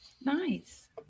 Nice